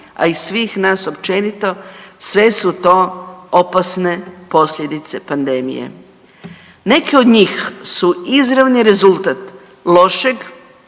a i svih nas općenito sve su to opasne posljedice pandemije. Neke od njih su izravni rezultat lošeg